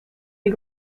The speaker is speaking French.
des